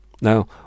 Now